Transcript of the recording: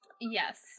Yes